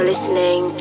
Listening